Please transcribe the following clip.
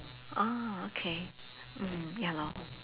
oh okay mm ya lor